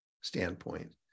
standpoint